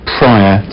prior